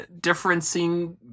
differencing